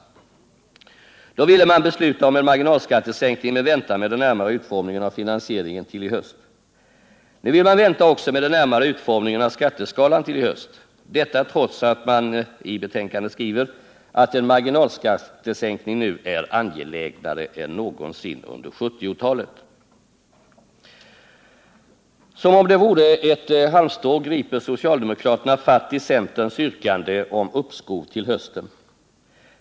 Då ville man besluta om en marginalskattesänkning men vänta med den närmare utformningen av finansieringen till i höst. Nu vill man vänta också med den närmare utformningen av skatteskalan till i höst, detta trots att man i betänkandet skriver att en marginalskattesänkning nu är angelägnare än någonsin under 1970-talet. Som om det vore ett halmstrå griper socialdemokraterna fatt i centerns yrkande om uppskov till hösten.